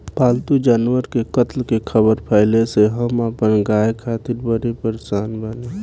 पाल्तु जानवर के कत्ल के ख़बर फैले से हम अपना गाय खातिर बड़ी परेशान बानी